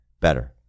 better